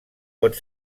pot